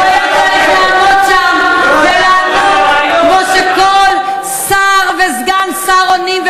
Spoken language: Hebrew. הוא היה צריך לעמוד שם ולענות כמו שכל שר וסגן שר עונים,